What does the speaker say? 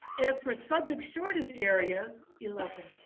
as for subject shortage areas eleven